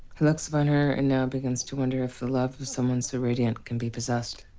he looks upon her and now begins to wonder if the love of someone so radiant can be possessed.